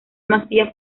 masía